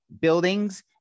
buildings